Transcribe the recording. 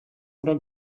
oder